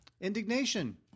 Indignation